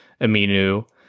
Aminu